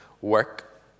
work